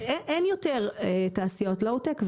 אין יותר תעשיות לואו-טק,